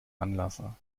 anlasser